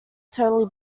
totally